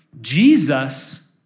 Jesus